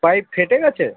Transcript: pipe ফেটে গেছে